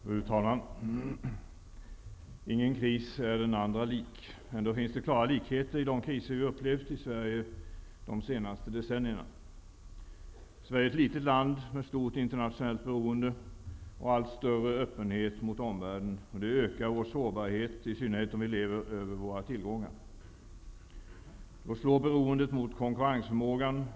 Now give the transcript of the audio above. Fru talman! Ingen kris är en annnan lik. Ändå finns det klara likheter mellan de kriser som vi upplevt i Sverige de senaste decennierna. Sverige är ett litet land med stort internationellt beroende och med en allt större öppenhet mot omvärlden. Det ökar vår sårbarhet, i synnerhet om vi lever över våra tillgångar. Då slår beroendet mot konkurrensförmågan.